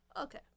Okay